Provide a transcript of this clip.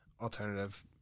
alternative